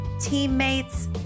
teammates